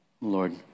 Lord